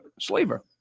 Slaver